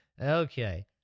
Okay